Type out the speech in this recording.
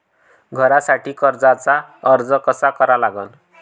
घरासाठी कर्जाचा अर्ज कसा करा लागन?